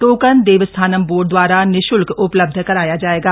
token Devasthanam board द्वारा निश्ल्क उपलब्ध कराया जायेगा